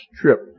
trip